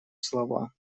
слова